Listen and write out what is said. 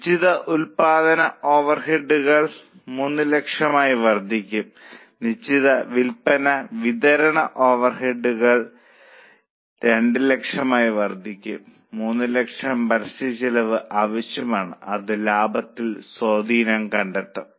നിശ്ചിത ഉൽപ്പാദന ഓവർഹെഡുകൾ 300000 വർദ്ധിക്കും നിശ്ചിത വിൽപ്പന വിതരണ ഓവർ ഹെഡുകൾ 200000 വർദ്ധിക്കും 300000 പരസ്യച്ചെലവ് ആവശ്യമാണ് അത് ലാഭത്തിൽ സ്വാധീനം കണ്ടെത്തും